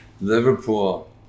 Liverpool